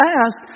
ask